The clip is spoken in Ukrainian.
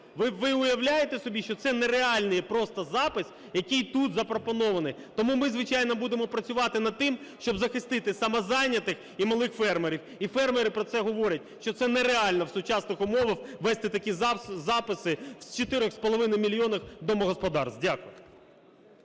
Ви уявляєте собі, що це нереальний просто запис, який тут запропонований. Тому ми, звичайно, будемо працювати над тим, щоб захистити самозайнятих і малих фермерів. І фермери про це говорять, що це нереально в сучасних умовах вести такі записи в 4,5 мільйонах господарств. Дякую.